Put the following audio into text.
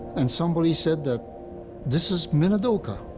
and somebody said that this is minidoka.